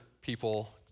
people